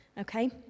okay